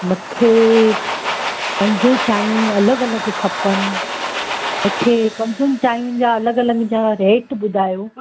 मूंखे पंज चांयूं अलॻि अलॻि खपनि मूंखे पंजनि चांयुनि जा अलॻि अलॻि जा रेट ॿुधायो